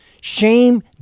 Shame